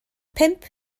pump